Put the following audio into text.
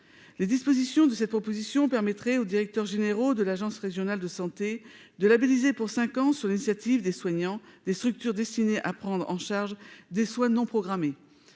les dispositions de cette proposition permettrait aux directeurs généraux de l'Agence Régionale de Santé de labelliser pour 5 ans sur l'initiative des soignants, des structures destinées à prendre en charge des soins non programmés